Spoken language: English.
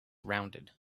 rounded